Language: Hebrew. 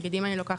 נגיד אם אני לוקחת,